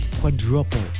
quadruple